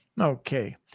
Okay